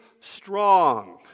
strong